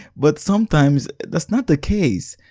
but sometimes that's not the case.